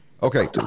okay